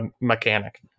mechanic